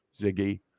Ziggy